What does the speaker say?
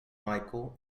micheal